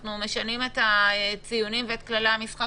אנחנו משנים את הציונים ואת כללי המשחק